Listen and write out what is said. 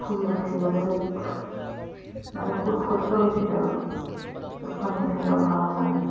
ফুল বাচিবলৈ মানে বহুত কষ্ট হৈছিল আৰু দুখন এৰী চাদৰ বনাব কাৰণে